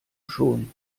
schon